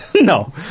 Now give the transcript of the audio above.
No